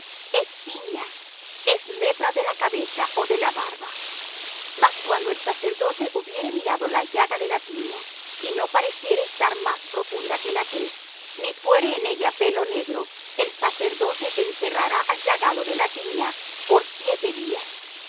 es tiña es lepra de la cabeza ó de la barba mas cuando el sacerdote hubiere mirado la llaga de la tiña y no pareciere estar más profunda que la tez ni fuere en ella pelo negro el sacerdote encerrará al llagado de la tiña por siete días